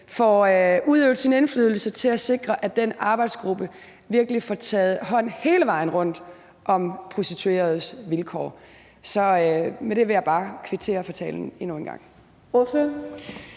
får udøvet sin indflydelse til at sikre, at den arbejdsgruppe virkelig hele vejen rundt får taget hånd om prostitueredes vilkår. Så med det vil jeg bare kvittere for talen endnu en gang.